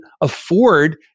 afford